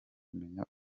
kumenya